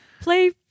Play